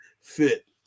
fit